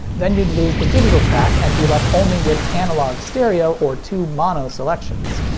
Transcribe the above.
then you'd lose the digital track and be left only with analog stereo or two mono selections.